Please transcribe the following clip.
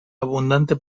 abundante